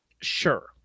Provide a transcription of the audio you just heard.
Sure